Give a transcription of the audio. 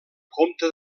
comte